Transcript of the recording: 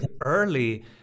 early